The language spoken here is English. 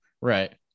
right